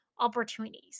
opportunities